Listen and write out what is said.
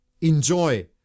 enjoy